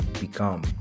become